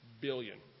billion